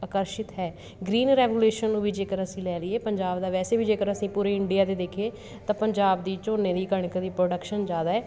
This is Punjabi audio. ਆਕਰਸ਼ਿਤ ਹੈ ਗਰੀਨ ਰੈਗੂਲੇਸ਼ਨ ਨੂੰ ਵੀ ਜੇਕਰ ਅਸੀਂ ਲੈ ਲਈਏ ਪੰਜਾਬ ਦਾ ਵੈਸੇ ਵੀ ਜੇਕਰ ਅਸੀਂ ਪੂਰੇ ਇੰਡੀਆ ਦੇ ਦੇਖੀਏ ਤਾਂ ਪੰਜਾਬ ਦੀ ਝੋਨੇ ਦੀ ਕਣਕ ਦੀ ਪ੍ਰੋਡਕਸ਼ਨ ਜ਼ਿਆਦਾ ਹੈ